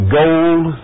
gold